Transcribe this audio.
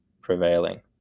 prevailing